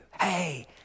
hey